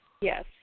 Yes